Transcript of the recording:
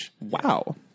Wow